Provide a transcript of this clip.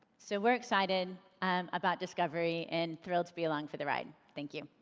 so we're excited about discovery and thrilled to be along for the ride. thank you.